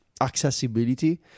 accessibility